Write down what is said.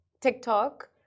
TikTok